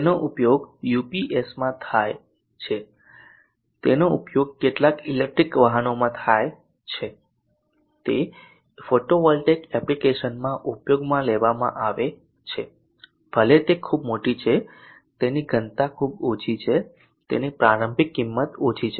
તેનો ઉપયોગ યુપીએસમાં થાય છે તેનો ઉપયોગ કેટલાક ઇલેક્ટ્રિક વાહનોનો થાય છે તે ફોટોવોલ્ટેઇક એપ્લિકેસનમાં ઉપયોગમાં લેવામાં આવે છે ભલે તે ખૂબ મોટી છે તેની ઘનતા ખૂબ ઓછી છે તેની પ્રારંભિક કિંમત ઓછી છે